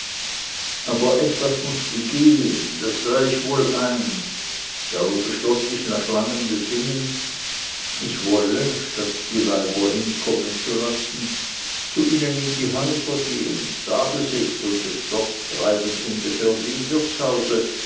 aber unüberlegten einfall etwas mußte gehen das sah ich wohl ein darum beschloß ich nach langem besinnen ich wolle statt die weiber hinkommen zu lassen zu ihnen in die häuser gehen z'abesitz und es dort treiben ungefähr wie im wirtshause